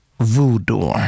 voodoo